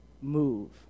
Move